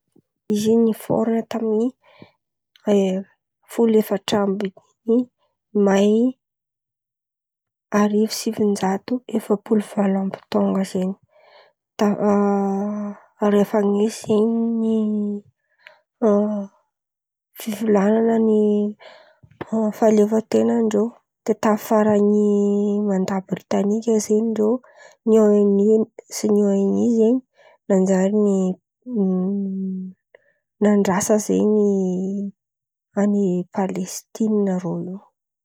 Izy ze nifôrin̈a tamin’ny e folo efatra amby ny may arivo sy sivin-jato efapolo valo amby taon̈a zen̈y ta rehefa nisy zen̈y ny a fivolon̈ana ny a fahaleovan-ten̈an-dreo de tafara ny mandà britanika zen̈y ndreo ny ONU sy ny ONU zen̈y nanjary ny nandrasa zen̈y an’i Palestinina rô io.